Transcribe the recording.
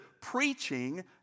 Preaching